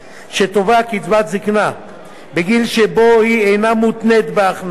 שתובע קצבת זיקנה בגיל שבו היא אינה מותנית בהכנסה,